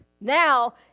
Now